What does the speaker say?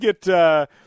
get –